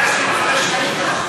125 שקלים.